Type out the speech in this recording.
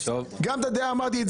גם את הדעה הזאת אמרתי,